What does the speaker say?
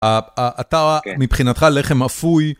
אתה מבחינתך לחם אפוי.